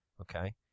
Okay